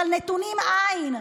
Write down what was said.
אבל נתונים אין,